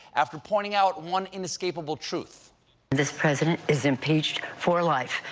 after pointing out one inescapable truth this president is impeached for life,